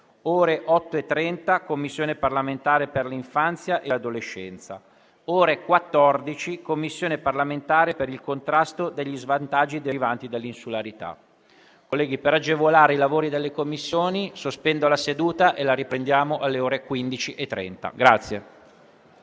ore 8,30 la Commissione parlamentare per l'infanzia e l'adolescenza; alle ore 14 la Commissione parlamentare per il contrasto degli svantaggi derivanti dall'insularità. Colleghi, per agevolare i lavori delle Commissioni, sospendo la seduta fino alle ore 15,30. *(La